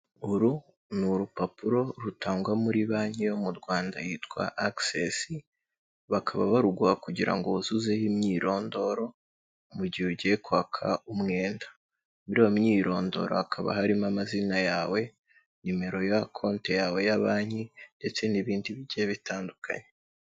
Uru ni urupapuro rutangwa muri banki yo mu Rwanda yitwa Akisesi, bakaba baruguha kugira ngo wuzuzeho imyirondoro mu gihe ugiye kwaka umwenda. Muri iyo myirondoro hakaba harimo amazina yawe, nimero ya konte yawe ya banki ndetse n'ibindi bigiye bitandukanye.